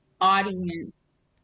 audience